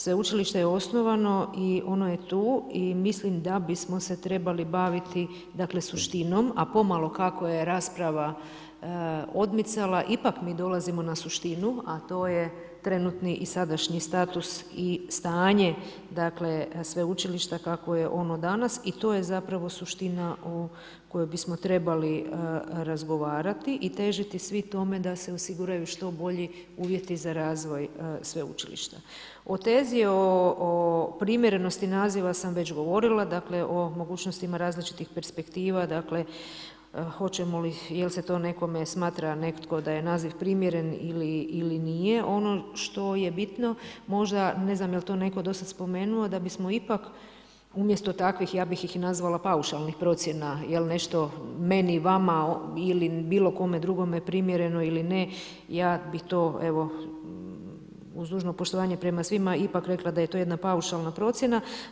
Sveučilište je osnovano i ono je tu i mislim da bismo se trebali baviti suštinom a pomalo kako je rasprava odmicala ipak mi dolazimo na suštinu a to je trenutni i sadašnji status i stanje sveučilišta kako je ono danas i to je zapravo suština o kojoj bismo trebali razgovarati i težiti svi tome da se osiguraju što bolji uvjeti za razvoj ovog sveučilišta. o tezi o primjerenosti naziva sam već govorila, dakle o mogućnostima različitih perspektiva, jel' se to nekome smatra netko da je naziv primjeren ili nije, ono što je bitno, moždane znam jel' to netko do sad spomenuo, da bismo ipak umjesto takvih, ja bih ih nazvala paušalnih procjena jel' nešto meni, vama ili bilo kome drugome primjereno ili ne, ja bi to uz dužno poštovanje prema svima, ipak rekla da je to jedna paušalna procjena.